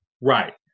Right